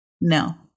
No